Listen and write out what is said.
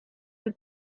with